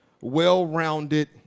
well-rounded